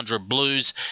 Blues